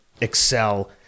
excel